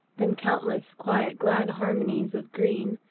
then countless quiet glad harmonies of green,